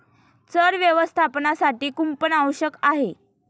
चर व्यवस्थापनासाठी कुंपण आवश्यक आहे